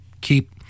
keep